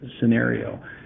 scenario